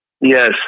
Yes